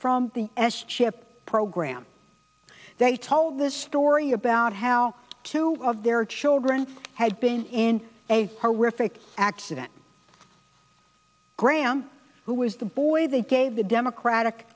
from the as schip program they told the story about how two of their children had been in a horrific accident graham who was the boy they gave the democratic